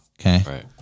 Okay